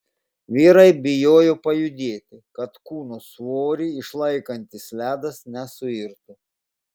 vyrai bijojo pajudėti kad kūno svorį išlaikantis ledas nesuirtų